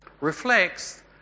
reflects